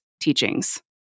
teachings